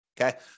Okay